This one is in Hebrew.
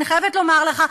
אני חייבת לומר לך,